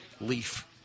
leaf